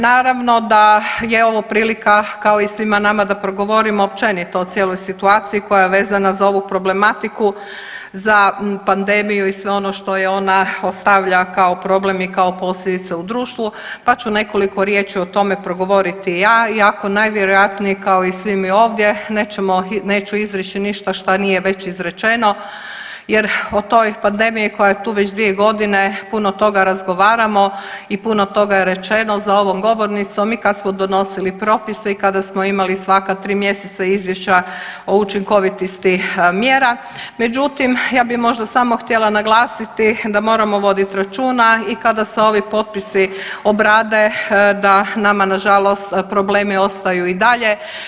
Naravno da je ovo prilika, kao i svima nama da progovorimo općenito o cijeloj situaciji koja je vezana za ovu problematiku za pandemiju i sve ono što je ona ostavlja kao problem i kao posljedice u društvu, pa ću nekoliko riječi o tome progovoriti i ja, iako najvjerojatnije kao i svi mi ovdje nećemo, neću izreći ništa šta nije već izrečeno jer o toj pandemiji koja je tu već 2 godine puno toga razgovaramo i puno toga je rečeno za ovom govornicom i kad smo donosili propise i kada smo imali svaka 3 mjeseca izvješća o učinkovitosti mjera, međutim, ja bih možda samo htjela naglasiti da moramo voditi računa i kada se ovi potpisi obrade da nama nažalost problemi ostaju i dalje.